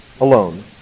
alone